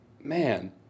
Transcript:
man